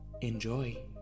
Enjoy